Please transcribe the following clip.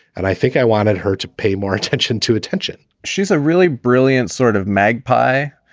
and i think i wanted her to pay more attention to attention she's a really brilliant sort of magpie.